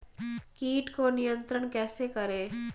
कीट को नियंत्रण कैसे करें?